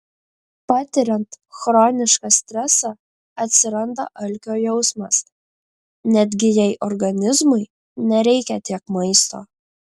patiriant chronišką stresą atsiranda alkio jausmas netgi jei organizmui nereikia tiek maisto